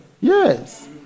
Yes